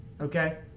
Okay